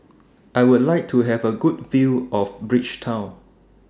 I Would like to Have A Good View of Bridgetown